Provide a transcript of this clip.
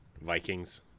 Vikings